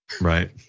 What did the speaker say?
Right